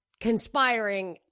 conspiring